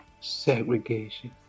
segregation